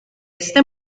este